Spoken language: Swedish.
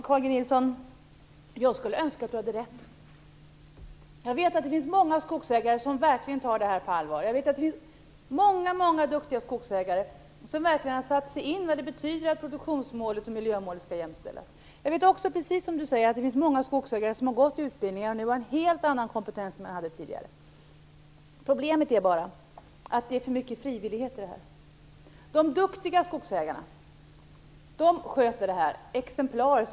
Fru talman! Jag skulle önska att Carl G Nilsson hade rätt. Jag vet att det finns många skogsägare som verkligen tar detta på allvar. Jag vet att det finns väldigt många duktiga skogsägare som verkligen har satt sig in i vad det betyder att produktionsmålet och miljömålet skall jämställas. Jag vet också, precis som Carl G Nilsson säger, att det finns många skogsägare som har gått utbildningar och som nu har en helt annan kompetens än de hade tidigare. Problemet är bara att det är för mycket frivillighet i detta. De duktiga skogsägarna sköter detta exemplariskt.